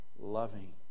loving